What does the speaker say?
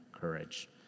courage